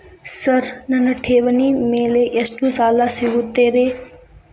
Sir ನನ್ನ ಠೇವಣಿ ಮೇಲೆ ಎಷ್ಟು ಸಾಲ ಸಿಗುತ್ತೆ ರೇ?